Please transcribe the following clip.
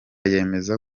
yemeza